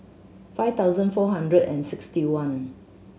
five thousand four hundred and sixty one